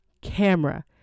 camera